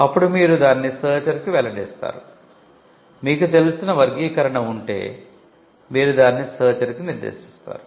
అప్పుడు మీరు దానిని సెర్చర్ కి నిర్దేశిస్తారు